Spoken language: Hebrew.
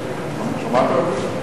שמעת על זה?